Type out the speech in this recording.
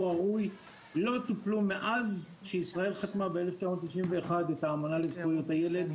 ההורי לא טופלו מאז שישראל חתמה בשנת 1991 את האמנה לזכויות הילד,